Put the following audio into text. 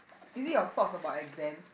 is it your thoughts about exams